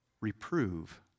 Reprove